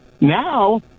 Now